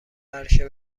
عرشه